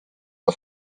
auf